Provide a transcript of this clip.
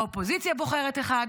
האופוזיציה בוחרת אחד,